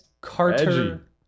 Carter